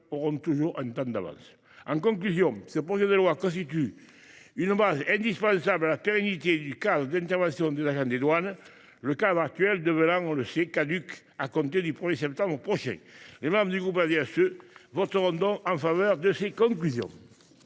auront toujours un temps d’avance. En conclusion, ce projet de loi constitue une base indispensable à la pérennité du cadre d’intervention des agents des douanes, le dispositif actuel devenant caduc à compter du 1septembre prochain. Les membres du RDSE voteront donc en faveur de ces conclusions.